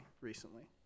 recently